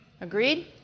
Agreed